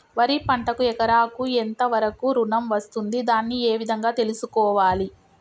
వరి పంటకు ఎకరాకు ఎంత వరకు ఋణం వస్తుంది దాన్ని ఏ విధంగా తెలుసుకోవాలి?